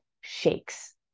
shakes